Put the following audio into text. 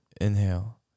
Inhale